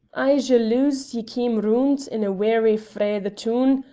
i jalouse ye came roond in a wherry frae the toon,